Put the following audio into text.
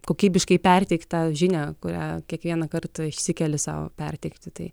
kokybiškai perteikt tą žinią kurią kiekvieną kartą išsikeli sau perteikti tai